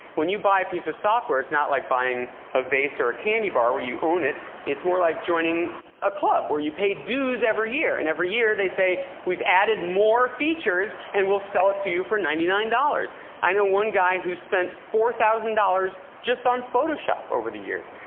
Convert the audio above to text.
when you buy a piece of software, it's not like buying a vase or a candy bar, where you own it. it's more like joining a club, where you pay dues every year, and every year, they say, we've added more features, and we'll sell it to you for ninety nine. i know one guy who's spent four thousand dollars just on photoshop over the years.